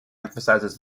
emphasises